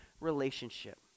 relationship